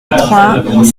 trois